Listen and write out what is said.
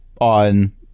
on